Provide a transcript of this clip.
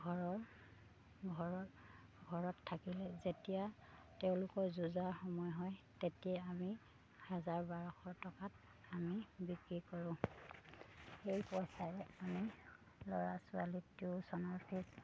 ঘৰৰ ঘৰৰ ঘৰত থাকিলে যেতিয়া তেওঁলোকৰ যুঁজাৰ সময় হয় তেতিয়া আমি হাজাৰ বাৰশ টকাত আমি বিক্ৰী কৰোঁ সেই পইচাৰে আমি ল'ৰা ছোৱালী টিউশ্যনৰ ফিজ